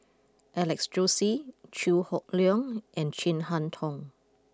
Alex Josey Chew Hock Leong and Chin Harn Tong